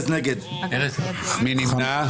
מי נמנע?